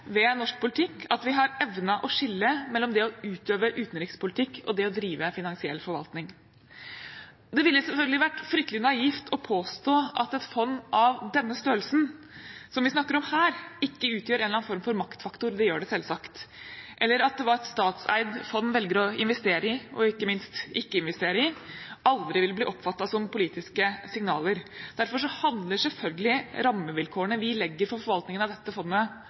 norsk politikk at vi har evnet å skille mellom det å utøve utenrikspolitikk og det å drive finansiell forvaltning. Det ville selvfølgelig vært fryktelig naivt å påstå at et fond av den størrelsen som vi snakker om her, ikke utgjør en eller annen form for maktfaktor – det gjør det selvsagt – eller at det et statseid fond velger å investere i og ikke minst ikke investere i, aldri vil bli oppfattet som politiske signaler. Derfor handler selvfølgelig rammevilkårene vi legger for forvaltningen av dette fondet,